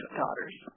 daughters